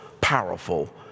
powerful